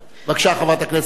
בבקשה, חברת הכנסת סולודקין.